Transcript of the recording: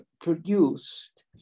produced